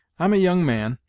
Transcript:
i'm a young man,